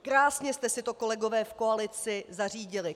Krásně jste si to, kolegové v koalici, zařídili.